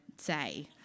say